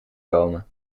komen